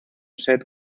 set